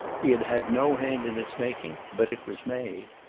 he had had no hand in its making, but it was made.